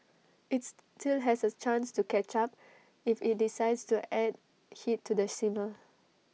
IT still has A chance to catch up if IT decides to add heat to the simmer